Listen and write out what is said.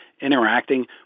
interacting